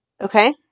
Okay